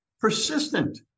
persistent